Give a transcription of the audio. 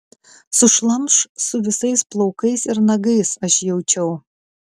sušlamš su visais plaukais ir nagais aš jaučiau